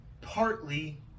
partly